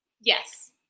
Yes